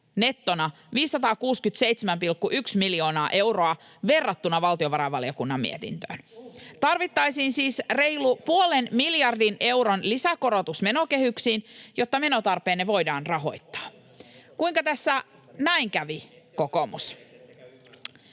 nettona 567,1 miljoonaa euroa verrattuna valtiovarainvaliokunnan mietintöön. [Jukka Gustafsson: Ohhoh!] Tarvittaisiin siis reilu puolen miljardin euron lisäkorotus menokehyksiin, jotta menotarpeenne voidaan rahoittaa. Kuinka tässä näin kävi, kokoomus?